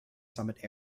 summit